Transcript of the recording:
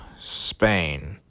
Spain